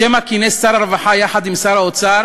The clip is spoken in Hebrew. לשם מה כינס שר הרווחה, יחד עם שר האוצר,